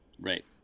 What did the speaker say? Right